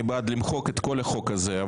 אני בעד למחוק את כל החוק הזה,